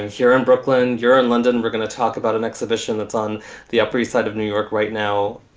ah in brooklyn, you're in london, and we're going to talk about an exhibition that's on the upper east side of new york right now.